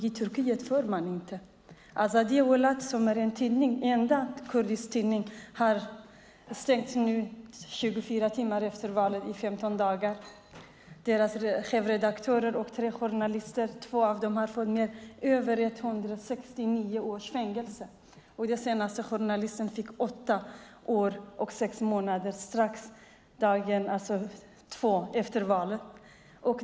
I Turkiet får man inte det. Azadiya Welat, som är den enda kurdiska tidningen, har 24 timmar efter valet stängts i 15 dagar. När det gäller dess chefredaktörer och tre journalister har två av dem fått över 169 års fängelse. Den senaste journalisten fick 8 år och 6 månader andra dagen efter valet.